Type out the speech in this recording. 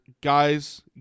guys